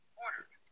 ordered